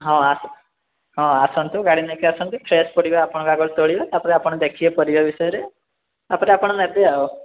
ହଁ ଆସନ୍ତୁ ଗାଡ଼ି ନେଇକି ଆସନ୍ତୁ ଫ୍ରେଶ୍ ପରିବା ଆପଣଙ୍କ ଆଗରେ ତୋଳିବା ତା'ପରେ ଆପଣ ଦେଖିବେ ପରିବା ବିଷୟରେ ତା'ପରେ ଆପଣ ନେବେ ଆଉ